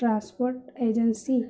transport agency